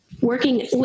working